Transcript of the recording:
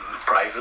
private